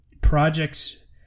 projects